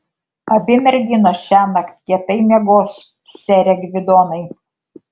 abi merginos šiąnakt kietai miegos sere gvidonai